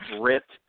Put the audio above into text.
ripped